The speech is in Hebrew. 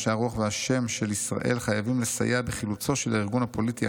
אנשי הרוח והשם של ישראל חייבים לסייע בחילוצו של הארגון הפוליטי,